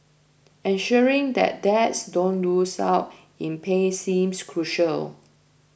ensuring that dads don't lose out in pay seems crucial